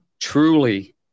truly